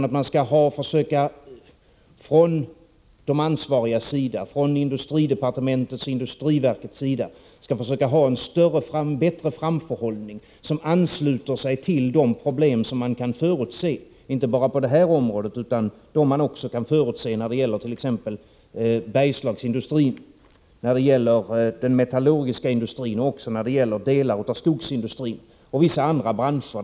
I stället skall de ansvariga, industridepartementet och industriverket, försöka ha en bättre framförhållning, som ansluter sig till de problem som kan förutses. Det gäller då inte bara problem på det här området utan även andra problem som kan förutses, t.ex. när det gäller Bergslagsindustrin, den metallurgiska industrin, i viss mån skogsindustrin och vissa andra branscher.